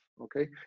okay